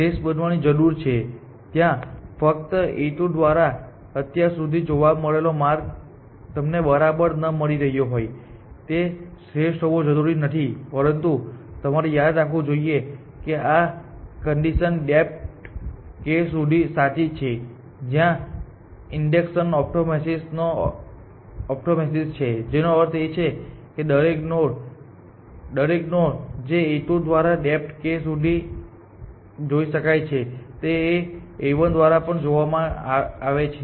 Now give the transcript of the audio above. શ્રેષ્ઠ બનવાની જરૂર છે ત્યાં ફક્ત A2 દ્વારા અત્યાર સુધી જોવા મળેલો માર્ગ તમને બરાબર ન મળી રહ્યો હોય તે શ્રેષ્ઠ હોવો જરૂરી નથી પરંતુ તમારે યાદ રાખવું જોઈએ કે આ કન્ડિશન ડેપ્થ k સુધી સાચી છે જ્યાં સુધી ઇન્ડક્શન હાયપોથેસિસ છે જેનો અર્થ એ છે કે દરેક નોડ જે A2 દ્વારા ડેપ્થ k સુધી જોઈ શકાય છે તે A1 દ્વારા પણ જોવામાં આવે છે